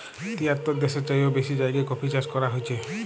তিয়াত্তর দ্যাশের চাইয়েও বেশি জায়গায় কফি চাষ ক্যরা হছে